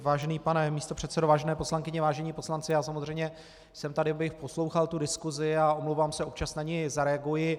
Vážený pane místopředsedo, vážené poslankyně, vážení poslanci, já jsem samozřejmě tady, abych poslouchal diskusi, a omlouvám se, občas na ni zareaguji.